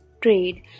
trade